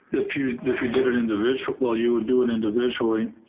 if you did you did it individually, while you would do it individually,